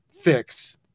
fix